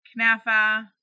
Knafa